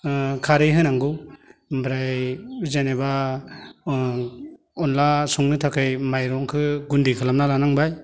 खारै होनांगौ ओमफ्राय जेनेबा अनला संनो थाखाय माइरंखौ गुन्दै खालामना लानांबाय